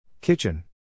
Kitchen